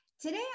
Today